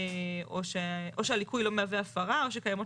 או שהליקוי לא מהווה הפרה או שקיימות